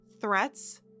threats